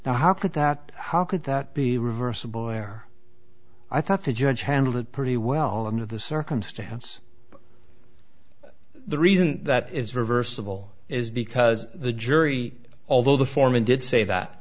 now how could that how could that be reversible where i thought the judge handled it pretty well under the circumstance the reason that it's reversible is because the jury although the foreman did say that